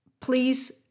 please